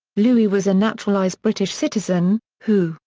louis was a naturalised british citizen, who,